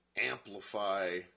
amplify